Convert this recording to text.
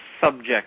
subject